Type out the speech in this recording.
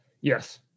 Yes